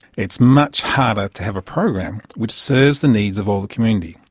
it's much harder to have a program which serves the needs of all the community.